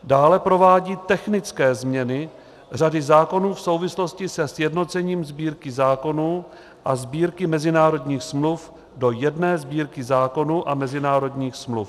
Dále provádí technické změny řady zákonů v souvislosti se sjednocením Sbírky zákonů a Sbírky mezinárodních smluv do jedné Sbírky zákonů a mezinárodních smluv.